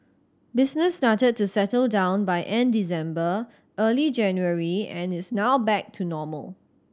business started to settle down by end December early January and is now back to normal